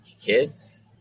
kids